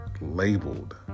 labeled